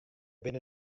binne